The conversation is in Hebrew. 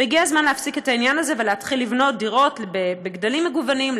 והגיע הזמן להפסיק את העניין ולהתחיל לבנות דירות בגדלים מגוונים,